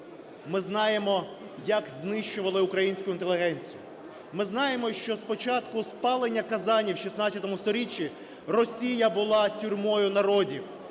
ми знаємо, як знищували українську інтелігенцію. Ми знаємо, що з початку спалення Казані в ХVI сторіччі Росія була тюрмою народів